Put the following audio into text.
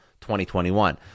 2021